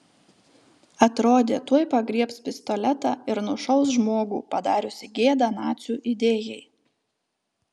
atrodė tuoj pagriebs pistoletą ir nušaus žmogų padariusį gėdą nacių idėjai